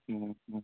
ହୁଃ